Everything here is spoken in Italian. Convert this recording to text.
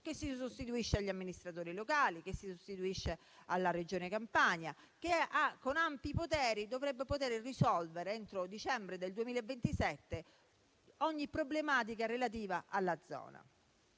che si sostituisce agli amministratori locali e alla Regione Campania; che con ampi poteri dovrebbe poter risolvere entro dicembre 2027 ogni problematica relativa alla zona,